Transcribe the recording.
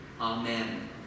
amen